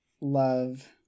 love